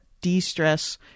de-stress